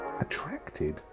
attracted